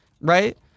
Right